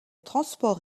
transport